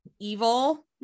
evil